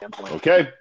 Okay